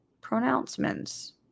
Pronouncements